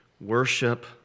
Worship